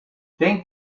tink